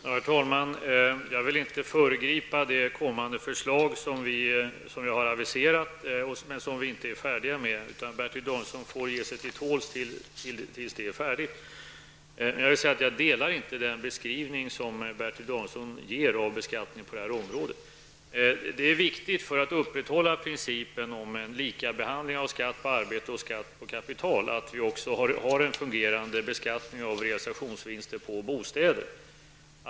Herr talman! Jag vill inte föregripa det kommande förslag som jag har aviserat men som vi inte är färdiga med. Bertil Danielsson får ge sig till tåls tills det är färdigt. Jag delar inte den beskrivning som Bertil Danielsson ger av beskattningen på detta område. För att upprätthålla principen om lika behandling av skatt på arbete och skatt på kapital är det viktigt att vi också har en fungerande beskattning av realisationsvinster på bostäder.